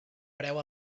preu